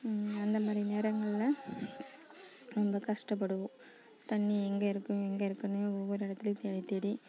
அந்த மாதிரி நேரங்களில் ரொம்ப கஷ்டப்படுவோம் தண்ணி எங்கே இருக்கும் எங்கே இருக்கும்னு ஒவ்வொரு இடத்துலியும் தேடி தேடி